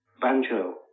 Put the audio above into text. banjo